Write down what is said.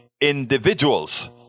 individuals